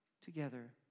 together